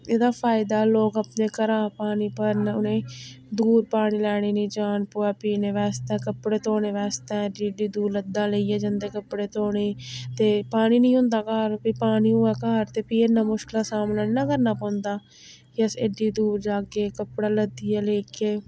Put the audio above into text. एह्दा फायदा लोक अपने घरा पानी भरन उ'नेंगी दूर पानी लैने गी नी जान पौऐ पीने बास्तै कपड़े धोने बास्तै जेह्डी दूर लद्दां लेइयै जंदे कपड़े धोने गी ते पानी नी होंदा घर पानी होऐ घर ते फ्ही इन्ना मुश्कल दा सामना नेईं ना करना पौंदा कि अस एड्डी दूर जाह्गे कपड़ा लद्दियै लेगे